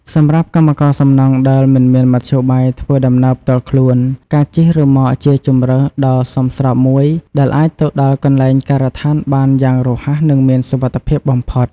សម្រាប់កម្មករសំណង់ដែលមិនមានមធ្យោបាយធ្វើដំណើរផ្ទាល់ខ្លួន ការជិះរ៉ឺម៉កជាជម្រើសដ៏សមស្របមួយដែលអាចទៅដល់កន្លែងការដ្ឋានបានយ៉ាងរហ័សនិងមានសុវត្ថិភាពបំផុត។